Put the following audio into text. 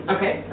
Okay